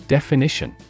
Definition